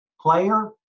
player